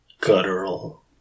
guttural